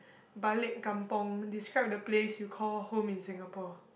balik kampung describe the place you call home in Singapore